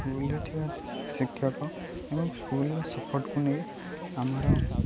ସ୍କୁଲରେ ଥିବା ଶିକ୍ଷକ ଏବଂ ସ୍କୁଲର ସପୋର୍ଟକୁ ନେଇ ଆମର